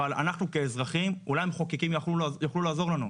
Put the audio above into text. אבל אנחנו כאזרחים, אולי המחוקקים יכלו לעזור לנו,